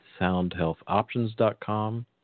soundhealthoptions.com